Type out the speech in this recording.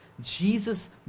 Jesus